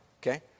okay